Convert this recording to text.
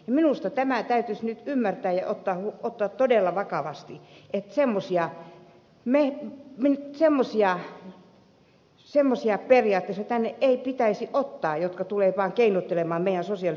minusta tämä täytyisi nyt ymmärtää ja ottaa todella vakavasti että semmoisia periaatteessa tänne ei pitäisi ottaa jotka tulevat vaan keinottelemaan meidän sosiaaliturvallamme